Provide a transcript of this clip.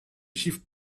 chiffres